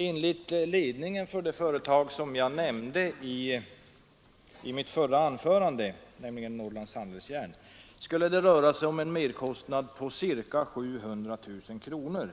Enligt ledningen för det företag som jag nämnde i mitt förra anförande, nämligen Norrlands Handelsjärn, skulle det röra sig om en merkostnad på ca 700 000 kronor.